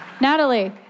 Natalie